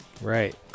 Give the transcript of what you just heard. Right